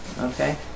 Okay